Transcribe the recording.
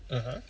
mmhmm